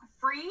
free